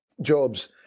jobs